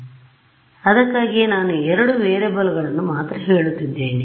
ಆದ್ದರಿಂದ ಅದಕ್ಕಾಗಿಯೇ ನಾನು ಎರಡು ವೇರಿಯೇಬಲ್ಗಳನ್ನು ಮಾತ್ರ ಹೇಳುತ್ತಿದ್ದೇನೆ